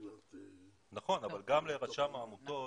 נכון, אבל גם לרשם העמותות,